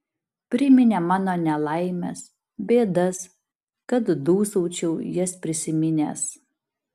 priminė mano nelaimes bėdas kad dūsaučiau jas prisiminęs